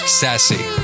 sassy